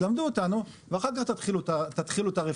תלמדו אותנו ואחר כך תתחילו את הרפורמה,